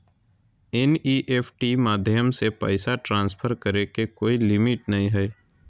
NEFT माध्यम से पैसा ट्रांसफर करे के कोय लिमिट नय हय